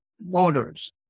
Motors